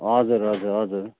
हजुर हजुर हजुर